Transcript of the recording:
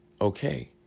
Okay